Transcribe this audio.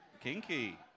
Kinky